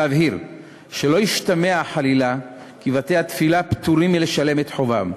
שלא ישתמע חלילה כי בתי-התפילה פטורים מלשלם את חובם.